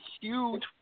huge